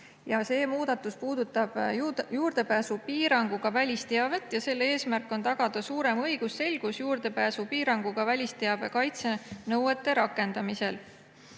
See muudatus puudutab juurdepääsupiiranguga välisteavet ja selle eesmärk on tagada suurem õigusselgus juurdepääsupiiranguga välisteabe kaitse nõuete rakendamisel.